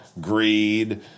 greed